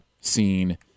scene